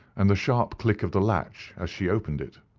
and the sharp click of the latch as she opened it.